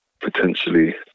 potentially